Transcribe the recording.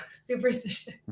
Superstition